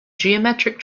geometric